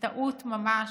בטעות ממש,